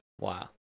Wow